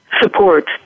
support